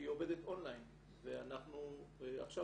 שהיא עובדת און-ליין ואנחנו עכשיו